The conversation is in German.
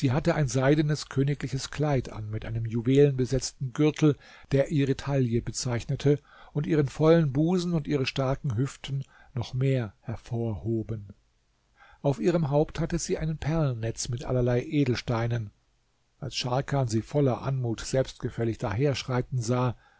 hatte ein seidenes königliches kleid an mit einem juwelenbesetzten gürtel der ihre taille bezeichnete und ihren vollen busen und ihre starken hüften noch mehr hervorhoben auf ihrem haupt hatte sie ein perlennetz mit allerlei edelsteinen als scharkan sie voller anmut selbstgefällig daherschreiten sah